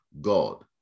God